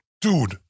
Dude